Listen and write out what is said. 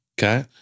Okay